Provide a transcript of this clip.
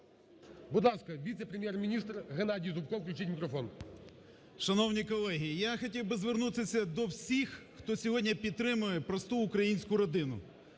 Будь ласка, віце-прем'єр-міністр Геннадій Зубко. Включіть мікрофон. 17:54:36 ЗУБКО Г.Г. Шановні колеги, я хотів би звернутися до всіх, хто сьогодні підтримує просту українську родину,